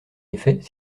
effet